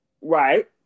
Right